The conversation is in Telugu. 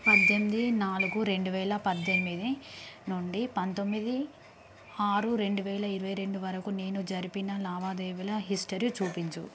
పద్దెనిమిది నాలుగు రెండు వేల పద్దెనిమిది నుండి పంతొమ్మిది ఆరు రెండు వేల ఇరవై రెండు వరకు నేను జరిపిన లావాదేవీల హిస్టరీ చూపించు